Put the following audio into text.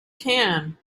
can